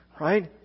right